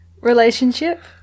relationship